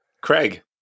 Craig